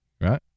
right